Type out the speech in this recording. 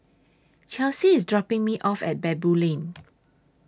Chelsy IS dropping Me off At Baboo Lane